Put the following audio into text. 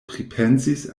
pripensis